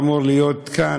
הוא היה אמור להיות כאן,